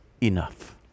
enough